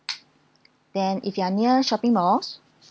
then if you are near shopping malls